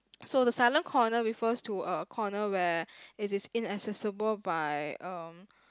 so the silent corner refers to a corner where it is inaccessible by um